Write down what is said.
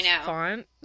font